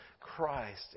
Christ